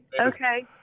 Okay